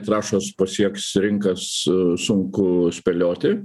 trąšos pasieks rinkas sunku spėlioti